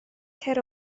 cer